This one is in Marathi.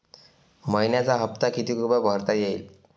मइन्याचा हप्ता कितीक रुपये भरता येईल?